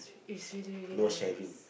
it's really really nice